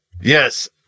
Yes